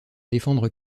défendre